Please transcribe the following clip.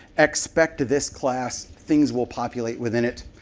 expect this class, things will populate within it.